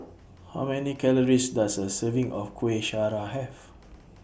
How Many Calories Does A Serving of Kueh Syara Have